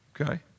Okay